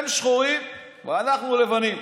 הם שחורים ואנחנו לבנים".